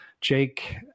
Jake